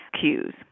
cues